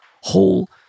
whole